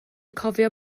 cofio